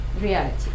reality